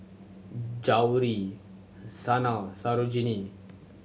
Gauri Sanal Sarojini